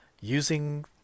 using